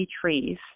trees